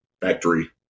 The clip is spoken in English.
factory